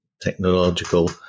technological